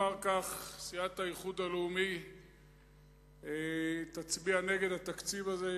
אומר כך: סיעת האיחוד הלאומי תצביע נגד התקציב הזה,